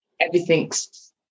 everything's